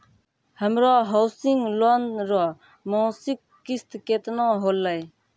हमरो housing loan रो मासिक किस्त केतना होलै?